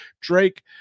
drake